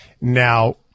Now